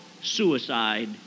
suicide